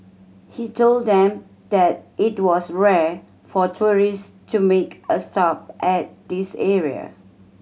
he told them that it was rare for tourists to make a stop at this area